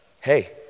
Hey